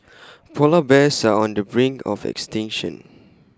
Polar Bears are on the brink of extinction